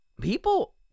People